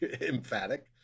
emphatic